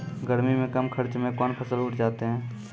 गर्मी मे कम खर्च मे कौन फसल उठ जाते हैं?